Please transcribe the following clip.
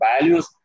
values